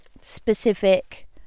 specific